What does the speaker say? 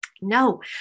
No